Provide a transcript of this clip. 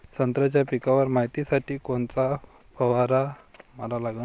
संत्र्याच्या पिकावर मायतीसाठी कोनचा फवारा मारा लागन?